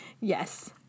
Yes